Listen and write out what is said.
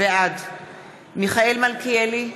בעד מיכאל מלכיאלי,